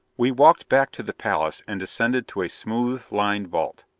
we walked back to the palace and descended to a smooth-lined vault.